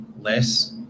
less